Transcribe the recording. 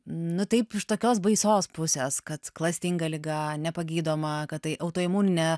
nu taip iš tokios baisios pusės kad klastinga liga nepagydoma kad tai autoimuninė